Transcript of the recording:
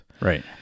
Right